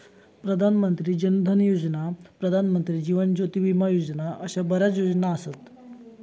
प्रधान मंत्री जन धन योजना, प्रधानमंत्री जीवन ज्योती विमा योजना अशा बऱ्याच योजना असत